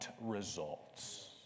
results